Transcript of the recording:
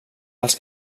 els